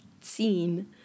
scene